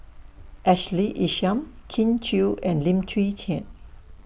Ashley Isham Kin Chui and Lim Chwee Chian